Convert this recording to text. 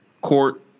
court